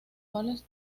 cuales